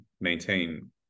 maintain